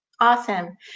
Awesome